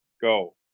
Go